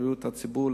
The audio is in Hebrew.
בריאות הציבור,